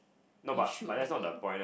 you should do it